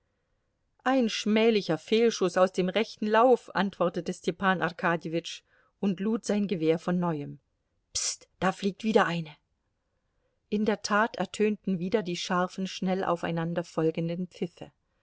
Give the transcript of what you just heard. ein schmählicher fehlschuß aus dem rechten lauf antwortete stepan arkadjewitsch und lud sein gewehr von neuem pst da fliegt wieder eine in der tat ertönten wieder die scharfen schnell aufeinanderfolgenden pfiffe